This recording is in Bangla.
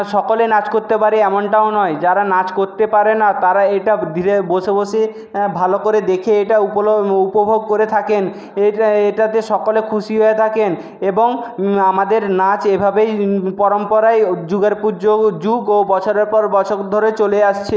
সকলে নাচ করতে পারে এমনটাও নয় যারা নাচ করতে পারে না তারা এটা বসে বসে ভালো করে দেখে এটা উপভোগ করে থাকেন এটাতে সকলে খুশি হয়ে থাকেন এবং আমাদের নাচ এভাবেই পরম্পরায় যুগের পর যুগ ও বছরের পর বছর ধরে চলে আসছে